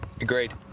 agreed